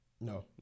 no